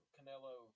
Canelo